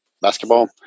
basketball